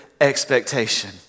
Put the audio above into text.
expectation